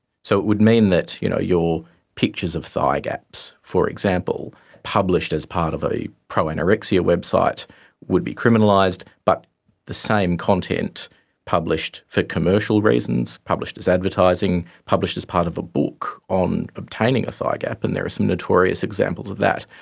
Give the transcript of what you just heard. so it would mean that you know your pictures of thigh gaps, for example, published as part of a pro-anorexia website would be criminalised, but the same content published for commercial reasons, published as advertising, published as part of a book on obtaining a thigh gap, and there are some notorious examples of that,